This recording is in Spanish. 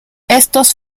estos